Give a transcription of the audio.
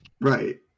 Right